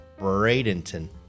Bradenton